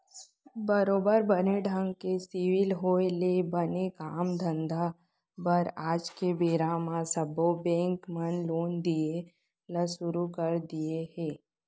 बरोबर बने ढंग के सिविल होय ले बने काम धंधा बर आज के बेरा म सब्बो बेंक मन लोन दिये ल सुरू कर दिये हें